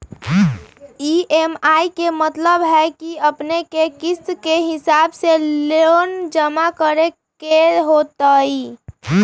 EMI के मतलब है कि अपने के किस्त के हिसाब से लोन जमा करे के होतेई?